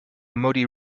muddy